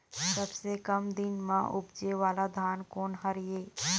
सबसे कम दिन म उपजे वाला धान कोन हर ये?